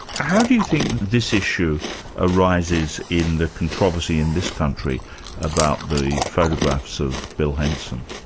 how do you think this issue arises in the controversy in this country about the photographs of bill hensen?